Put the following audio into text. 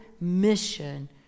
mission